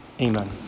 Amen